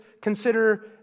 consider